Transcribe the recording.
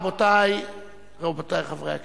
רבותי חברי הכנסת,